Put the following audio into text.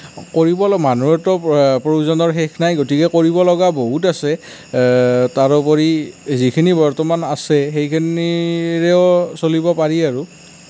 কৰিবলৈ মানুহৰতো প্ৰয়োজনৰ শেষ নাই গতিকে কৰিবলগা বহুত আছে তাৰোপৰি যিখিনি বৰ্তমান আছে সেইখিনিৰেও চলিব পাৰি আৰু